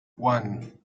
one